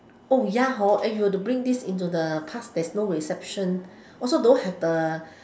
oh ya hor if you were to bring this into the past there's no reception also don't have the